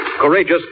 Courageous